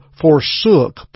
forsook